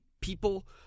people